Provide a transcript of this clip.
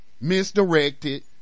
misdirected